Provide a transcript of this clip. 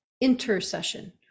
intercession